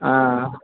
হ্যাঁ